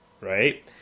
right